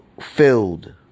filled